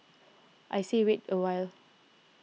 I say wait a while